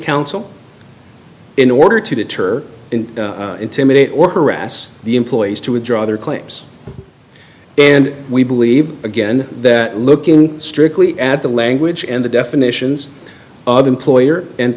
counsel in order to deter intimidate or harass the employees to withdraw their claims and we believe again that looking strictly at the language and the definitions of employer and